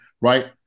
right